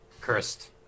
cursed